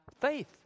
faith